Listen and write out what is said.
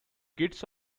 kids